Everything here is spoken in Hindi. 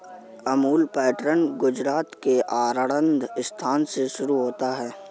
अमूल पैटर्न गुजरात के आणंद स्थान से शुरू हुआ है